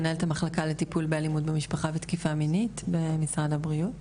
מנהלת המחלקה לטיפול באלימות במשפחה ותקיפה מינית במשרד הבריאות.